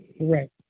Right